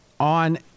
On